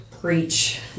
Preach